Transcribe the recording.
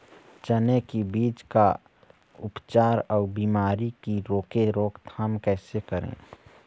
चने की बीज का उपचार अउ बीमारी की रोके रोकथाम कैसे करें?